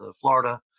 Florida